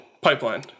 Pipeline